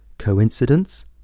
Coincidence